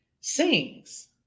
sings